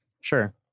Sure